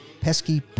pesky